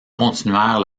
continuèrent